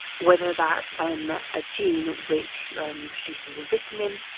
whether that's um a gene which produces a vitamin.